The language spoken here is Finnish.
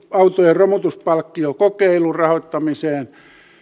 autojen romutuspalk kiokokeilun rahoittamiseen